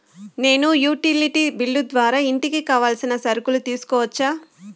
నేను utility bill ద్వారా ఇంటికి కావాల్సిన సరుకులు తీసుకోవచ్చా?